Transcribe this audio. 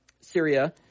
Syria